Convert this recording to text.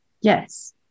yes